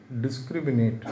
discriminate